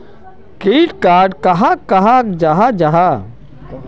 Credit card कहाक कहाल जाहा जाहा?